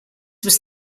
was